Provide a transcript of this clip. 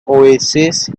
oasis